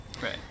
Right